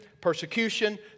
persecution